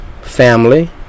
family